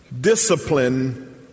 discipline